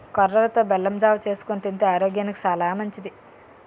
కొర్రలతో బెల్లం జావ చేసుకొని తింతే ఆరోగ్యానికి సాలా మంచిది